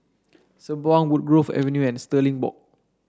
Sembawang Woodgrove Avenue and Stirling Walk